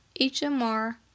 HMR